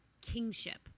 kingship